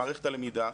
למערכת הלמידה,